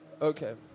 Okay